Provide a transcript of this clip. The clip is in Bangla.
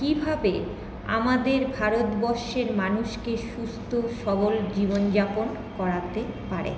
কীভাবে আমাদের ভারতবর্ষের মানুষকে সুস্থ্য সবল জীবনযাপন করাতে পারে